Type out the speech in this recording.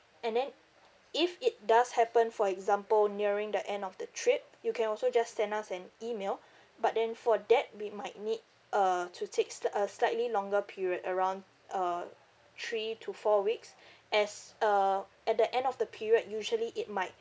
and then if it does happen for example nearing the end of the trip you can also just send us an email but then for that we might need uh to takes s~ uh slightly longer period around uh three to four weeks as uh at the end of the period usually it might